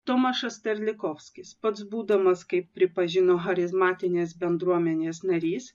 tomašas terlikovskis pats būdamas kaip pripažino charizmatinės bendruomenės narys